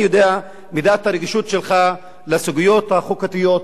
אני יודע את מידת הרגישות שלך לסוגיות החוקתיות.